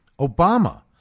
Obama